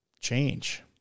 change